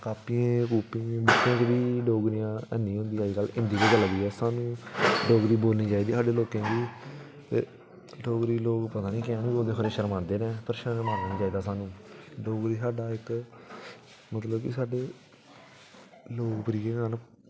कॉपियें बी डोगरी ऐनी होंदी अज्जकल हिंदी गै होंदी ऐ स्हानू डोगरी बोलनी चाहिदी साढ़े लोकें गी एह् डोगरी गी पता निं की लोक शरमांदे न पता निं पर शरमाना निं चाहिदा स्हानू डोगरी साढ़ा इक्क मतलब कि साढ़े इक्क लोकप्रिय न